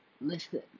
listen